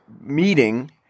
meeting